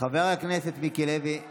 חבר הכנסת מיקי לוי,